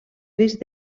risc